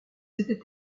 étaient